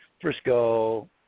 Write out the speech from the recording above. Frisco